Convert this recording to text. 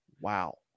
Wow